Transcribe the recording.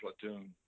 platoon